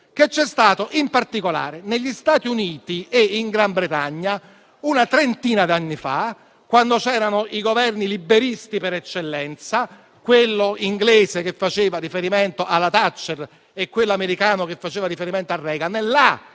che c'è stato, in particolare, negli Stati Uniti e in Gran Bretagna una trentina d'anni fa, all'epoca dei Governi liberisti per eccellenza: quello inglese che faceva riferimento alla Thatcher e quello americano che faceva riferimento a Reagan. È lì